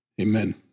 amen